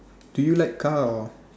do you like car or